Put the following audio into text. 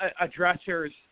addressers